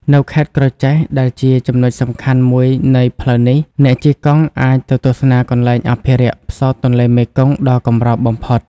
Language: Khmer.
នៅខេត្តក្រចេះ ដែលជាចំណុចសំខាន់មួយនៃផ្លូវនេះ អ្នកជិះកង់អាចទៅទស្សនាកន្លែងអភិរក្សផ្សោតទន្លេមេគង្គដ៏កម្របំផុត។